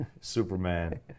Superman